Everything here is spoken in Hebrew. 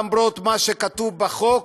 למרות מה שכתוב בחוק,